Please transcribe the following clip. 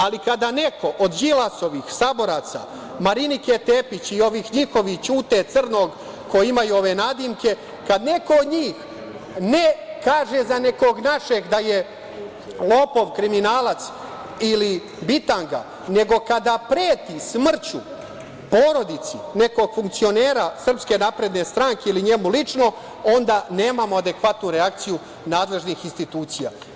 Ali, kada neko od Đilasovih saboraca, Marinike Tepić i ovih njihovih, Ćute, Crnog, koji imaju ove nadimke, kad neko od njih kaže ne za nekog našeg da je lopov, kriminalac ili bitanga, nego kada preti smrću porodici nekog funkcionera SNS ili njemu lično, onda nemamo adekvatnu reakciju nadležnih institucija.